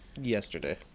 yesterday